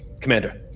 Commander